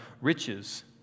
riches